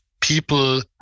people